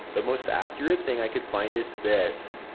the most accurate thing i could find is this